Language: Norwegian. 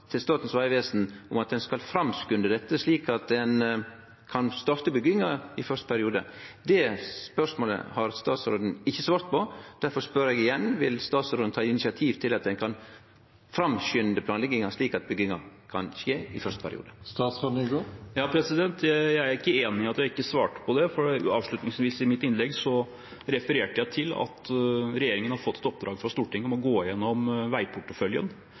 Statens vegvesen om å framskunde dette slik at ein kan starte bygginga i første periode, har statsråden ikkje svart på. Difor spør eg igjen: Vil statsråden ta initiativ til at ein kan framskunde planlegginga slik at bygginga kan skje i første periode? Jeg er ikke enig i at jeg ikke svarte på det, for avslutningsvis i mitt innlegg refererte jeg til at regjeringen har fått et oppdrag fra Stortinget om å gå igjennom veiporteføljen